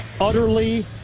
Utterly